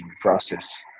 process